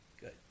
Good